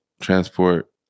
transport